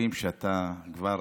רואים שאתה כבר